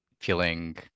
feeling